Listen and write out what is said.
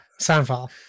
Soundfall